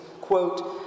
quote